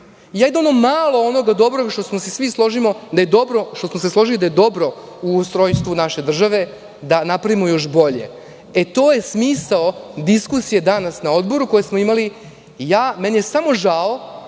To je tema danas. Jedino što smo se složili da je dobro u ustrojstvu naše države da napravimo još bolje. To je smisao diskusije danas na Odboru koji smo imali. Meni je samo žao,